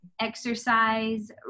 Exercise